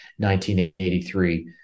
1983